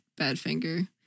Badfinger